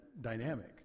dynamic